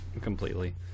completely